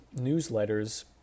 newsletters